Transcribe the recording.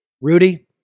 Rudy